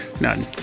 None